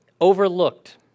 overlooked